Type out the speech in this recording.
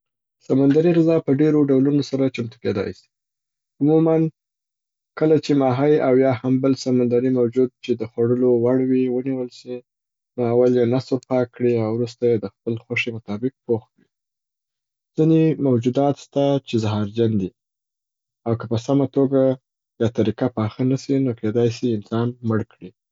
سمندرې غذا په ډېرو ډولو سره چمتو کیدای سي. عموماً کله چې ماهۍ او یا هم بل سمندرې موجود چې د خوړولو وړ وي، ونیول سي نو اول یې نس ور پاک کړي او وروسته یې د خپل خوښي مطابق پوخ کړي. ځیني موجودات سته چې زهرجن دي او که په سمه توګه یا طریقه پاخه نسي نو کیدای سي انسان مړ کړي.